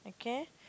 okay